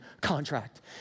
contract